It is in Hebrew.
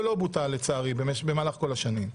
שלא בוטל לצערי במהלך כל השנים.